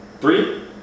Three